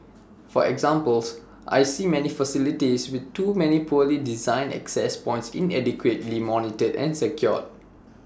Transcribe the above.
for examples I see many facilities with too many poorly designed access points inadequately monitored and secured